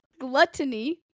gluttony